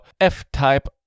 F-Type